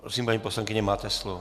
Prosím, paní poslankyně, máte slovo.